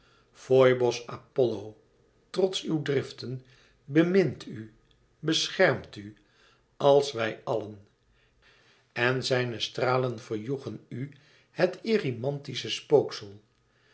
foibos apollo trots uw driften bemint u beschermt u als wij allen en zijne stralen verjoegen u het erymantische spooksel